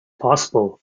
possible